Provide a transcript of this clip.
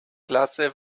klasse